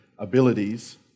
abilities